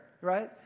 right